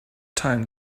time